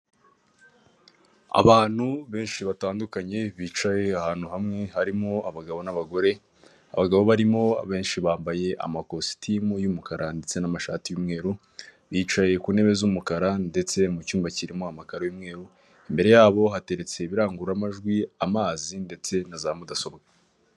Abantu benshi batandukanye bicaye ahantu hamwe, harimo abagabo n'abagore, abagabo barimo, abenshi bambaye amakositimu y'umukara ndetse n'amashati y'umweru, bicaye ku ntebe z'umukara ndetse mu cyumba kirimo amakaro y'umweru, imbere yabo hateretse ibirangururamajwi, amazi ndetse na za mudasobwa.